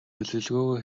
төлөвлөгөөгөө